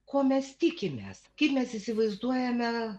ko mes tikimės kaip mes įsivaizduojame